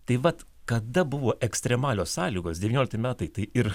tai vat kada buvo ekstremalios sąlygos devyniolikti metai tai ir